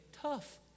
tough